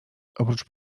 oprócz